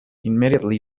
immediately